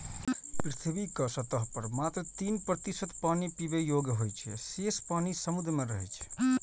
पृथ्वीक सतह पर मात्र तीन प्रतिशत पानि पीबै योग्य होइ छै, शेष पानि समुद्र मे रहै छै